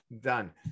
done